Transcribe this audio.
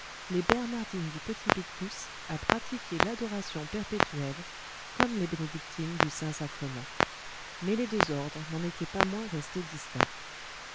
les bernardines du petit picpus à pratiquer l'adoration perpétuelle comme les bénédictines du saint-sacrement mais les deux ordres n'en étaient pas moins restés distincts